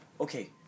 okay